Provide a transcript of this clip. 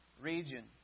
region